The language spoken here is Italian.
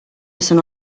sono